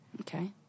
Okay